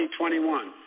2021